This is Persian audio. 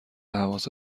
حواست